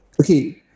Okay